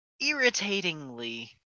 irritatingly